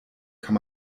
kann